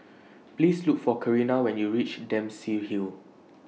Please Look For Karina when YOU REACH Dempsey Hill